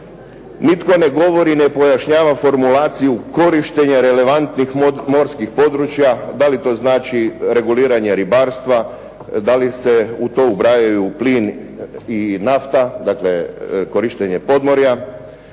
Nitko ne govori i ne pojašnjava formulaciju korištenje relevantnih morskih područja, da li to znači reguliranje ribarstva, da li se u to ubrajaju plin i nafta, dakle korištenje podmorja.